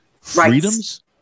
freedoms